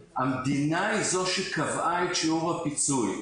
המדינה היא זו שקבעה את שיעור הפיצוי.